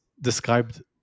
described